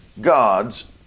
God's